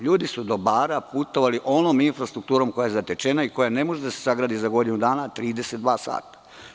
Ljudi su do Bara putovali onom infrastrukturom koja je zatečena i koja ne može da se sagradi za godinu dana, 32 sata.